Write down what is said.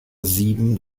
sieben